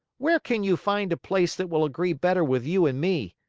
where can you find a place that will agree better with you and me?